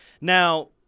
Now